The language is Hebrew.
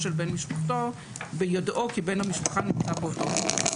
של בן משפחתו ביודעו כי בן המשפחה נמצא באותו מקום".